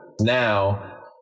Now